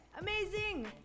Amazing